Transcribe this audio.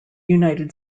united